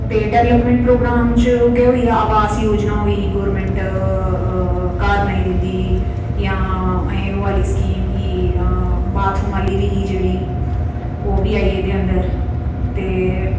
ते development programme च उ'ऐ होई गेया आवास योजना होई गेई गौरमेंट अऽ अऽ घर बनाई दिदीं जां अजे ओह् आह्ली स्कीम ही अऽ बाथरुम आह्ली बी ही जेह्डी ओ बी आई गेई ऐह्दे अंदर ते